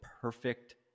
perfect